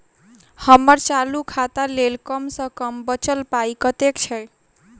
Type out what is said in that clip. हम्मर चालू खाता लेल कम सँ कम बचल पाइ कतेक छै?